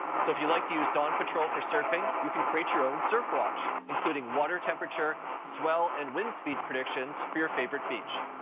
so if you like to use dawn patrol for surfing, you can create your own surf watch, including water temperature, swell and wind speed predictions for your favorite beach.